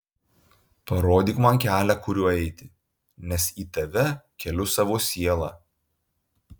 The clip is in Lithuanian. parodyk man kelią kuriuo eiti nes į tave keliu savo sielą